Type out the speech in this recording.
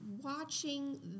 Watching